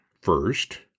first